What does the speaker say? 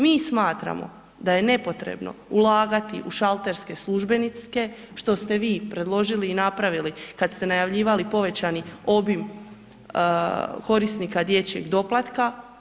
Mi smatramo da je nepotrebno ulagati u šalterske službenike, što ste vi predložili i napravili kad ste najavljivali povećani obim korisnika dječjeg doplatka.